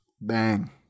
Bang